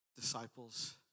disciples